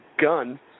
gun